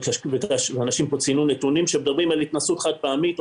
אנשים פה ציינו נתונים על התנסות חד פעמית,